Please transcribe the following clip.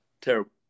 terrible